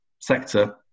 sector